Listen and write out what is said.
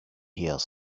here